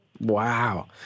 Wow